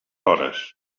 hores